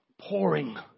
pouring